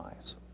eyes